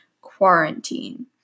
quarantine